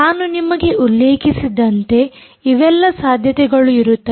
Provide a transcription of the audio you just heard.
ನಾನು ನಿಮಗೆ ಉಲ್ಲೇಖಿಸಿದಂತೆ ಇವೆಲ್ಲ ಸಾಧ್ಯತೆಗಳು ಇರುತ್ತವೆ